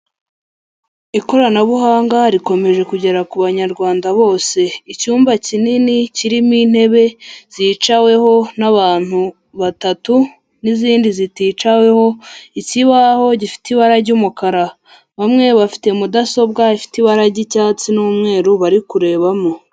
Ikoranabuhanga rikomeje kugera ku banyarwanda bose. Icyumba kinini kirimo intebe zicaweho n'abantu batatu n'izindi ziticaweho, ikibaho gifite ibara ry'umukara. Bamwe bafite mudasobwa ifite ibara ry'icyatsi n'umweru bari kurebamo.